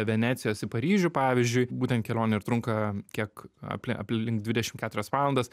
venecijos į paryžių pavyzdžiui būtent kelionė ir trunka kiek apli aplink dvidešimt keturias valandas